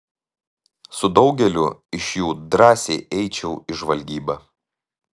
su daugeliu iš jų drąsiai eičiau į žvalgybą